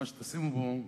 מה שתשימו בו,